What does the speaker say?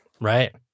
Right